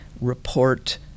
report